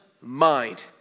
mind